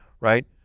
right